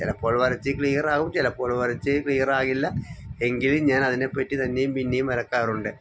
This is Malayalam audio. ചിലപ്പോൾ വരച്ച് ക്ലിയറാകും ചിലപ്പോൾ വരച്ച് ക്ലിയറാകില്ല എങ്കിലും ഞാൻ അതിനെപ്പറ്റി തന്നെയും പിന്നെയും വരക്കാറുണ്ട്